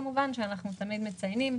שאנחנו תמיד מציינים.